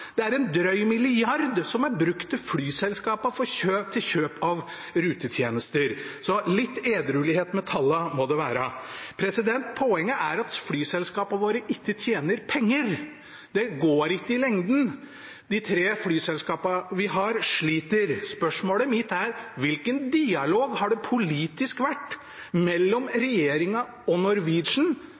Det er en drøy milliard som er brukt til kjøp av rutetjenester fra flyselskapene. Litt edruelighet med tallene må det være. Poenget er at flyselskapene våre ikke tjener penger. Det går ikke i lengden. De tre flyselskapene vi har, sliter. Spørsmålet mitt er: Hvilken dialog har det politisk vært mellom regjeringen og